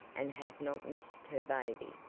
and had not missed her baby.